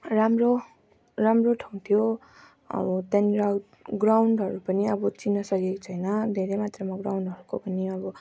राम्रो राम्रो ठाउँ थियो अब त्यहाँनिर ग्राउन्डहरू पनि अब चिन्न सकेको छैन धेरै मात्रामा ग्राउन्डहरूको पनि अब